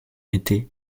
été